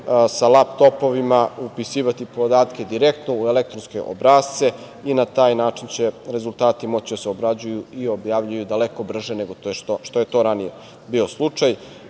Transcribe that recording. sa laptopovima, upisivati podatke direktno u elektronske obrasce i na taj način će rezultati moći da se obrađuju i objavljuju daleko brže, nego što je to ranije bio slučaj. Kada